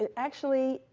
ah actually,